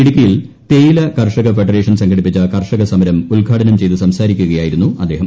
ഇടുക്കിയിൽ തേയില കർഷക ഫെഡറേഷൻ സംഘടിപ്പിച്ച കർഷകസമരം ഉദ്ഘാടനം ചെയ്തു സംസാരിക്കുകയായിരുന്നു അദ്ദേഹം